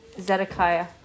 Zedekiah